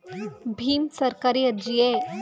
ಭೀಮ್ ಸರ್ಕಾರಿ ಅರ್ಜಿಯೇ?